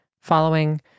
following